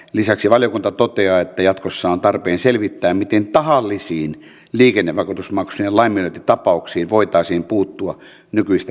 lisäksi valiokunta toteaa että jatkossa on tarpeen selvittää miten tahallisiin liikennevakuutusmaksujen laiminlyöntitapauksiin voitaisiin puuttua nykyistä tehokkaammin